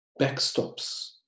backstops